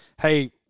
hey